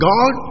God